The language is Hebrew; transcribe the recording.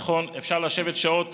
נכון, אפשר לשבת שעות